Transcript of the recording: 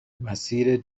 مسیر